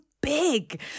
big